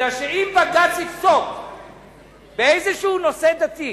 כי אם בג"ץ יפסוק באיזשהו נושא דתי,